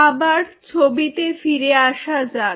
আবার ছবিতে ফিরে আসা যাক